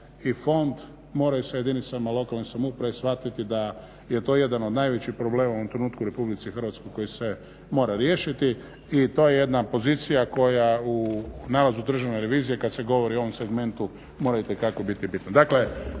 i fond moraju sa jedinicama lokalne samouprave shvatiti da je to jedan od najvećih problema u ovom trenutku u RH koji se mora riješiti i to je jedna pozicija u navodu Državne revizije kada se govori o ovom segmentu mora itekako biti bitno.